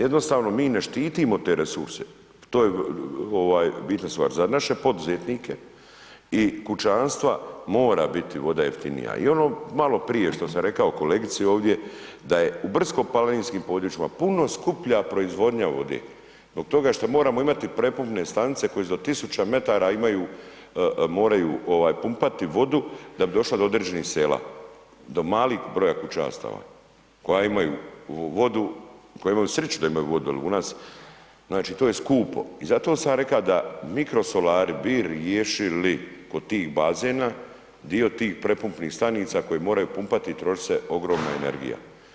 Jednostavno mi ne štitimo te resurse, to je bitna stvar, za naše poduzetnike i kućanstva mora biti voda jeftinija, i ono malo prije što sam rekao kolegici ovdje da je u brdsko-planinskim područjima puno skuplja proizvodnja vode zbog toga što moramo imati prepumpne stanice koje iznad tisuću metara imaju, moraju pumpati vodu da bi došla do određenih sela, do malih broja kućanstava koja imaju vodu, koji imaju sriću da imaju vodu jer u nas, znači to je skupo, i zato sam reka da mikrosolari bi riješili kod tih bazena dio tih prepumpnih stanica koje moraju pumpati i trošit se ogromna energija.